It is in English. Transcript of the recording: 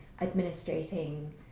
administrating